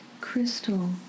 crystal